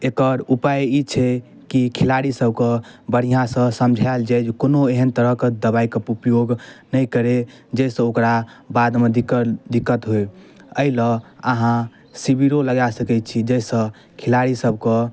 एकर उपाय ई छै कि खिलाड़ी सबके बढ़िऑं सऽ समझायल जाय जे की कोनो एहन तरहक दबाइके प्रयोग नहि करै जाहिसऽ ओकरा बादमे दिक्कत दिक्कत होइ एहि लऽशए अहाँ शिविरो लगा सकै छी जाहिसऽ खिलाड़ी सबके